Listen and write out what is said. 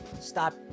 Stop